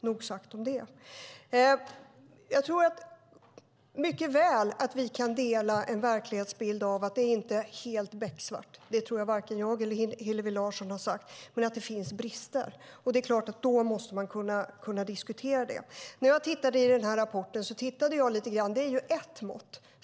Nog sagt om det. Jag tror att vi mycket väl kan dela verklighetsbilden att det hela inte är becksvart. Det tror jag varken jag eller Hillevi Larsson har sagt. Men det finns brister, och dem måste man förstås kunna diskutera. Jag tittade i rapporten, och ett mått som används är statistik.